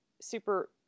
super